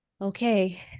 okay